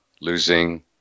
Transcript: losing